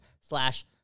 slash